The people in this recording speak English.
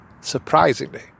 surprisingly